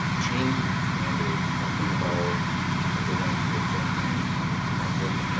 changed the standard, something about they went to a different metric,